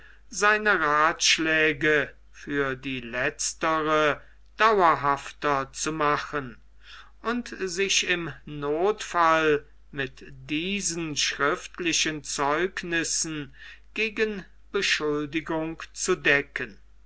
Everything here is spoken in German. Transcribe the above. seine rathschläge für die letztere dauerhafter zu machen und sich im nothfall mit diesen schriftlichen zeugnissen gegen beschuldigung zu decken